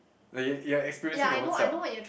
like you you are expressing your own self